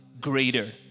greater